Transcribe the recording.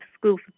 school